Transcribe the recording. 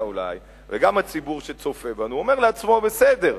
אולי וגם הציבור שצופה בנו אומר לעצמו: בסדר,